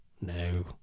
No